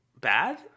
bad